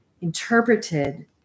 interpreted